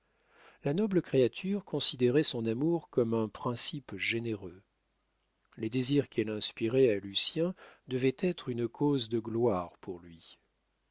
la noble créature considérait son amour comme un principe généreux les désirs qu'elle inspirait à lucien devaient être une cause de gloire pour lui